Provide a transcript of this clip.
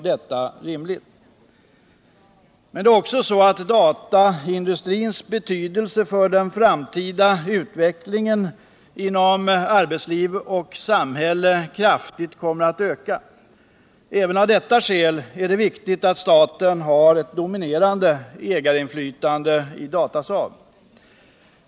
Det är också så att dataindustrins betydelse för den framtida utvecklingen inom arbetsliv och samhälle kraftigt kommer att öka. Även av detta skäl är det viktigt att staten har ett dominerande ägarinflytande i Datasaab.